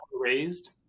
raised